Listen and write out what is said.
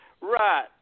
Right